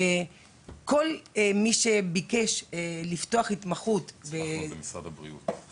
וכל מי שביקש לפתוח התמחות -- צריך --- למשרד הבריאות.